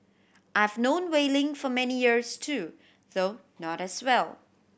I've known Wei Ling for many years too though not as well